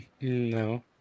No